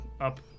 up